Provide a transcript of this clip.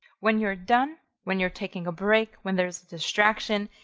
when you're done, when you're taking a break, when there's distraction,